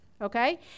Okay